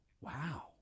wow